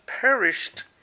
perished